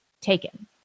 taken